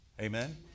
Amen